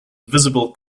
invisible